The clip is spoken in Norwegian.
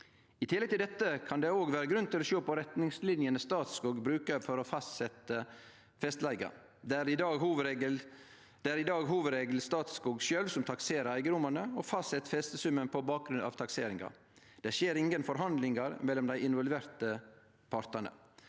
I tillegg til dette kan det vere grunn til å sjå på retningslinjene Statskog brukar for å fastsetje festeleiga. Det er i dag som hovudregel Statskog sjølv som takserer eigedomane og fastset festesummen på bakgrunn av takseringa. Det skjer ingen forhandlingar med dei involverte partane.